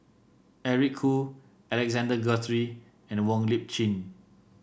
Eric Khoo Alexander Guthrie and Wong Lip Chin